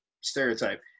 stereotype